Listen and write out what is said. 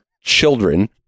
children